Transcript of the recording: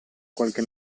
qualche